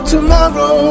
Tomorrow